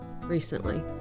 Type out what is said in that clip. recently